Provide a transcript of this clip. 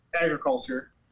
agriculture